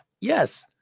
Yes